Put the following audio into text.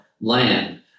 land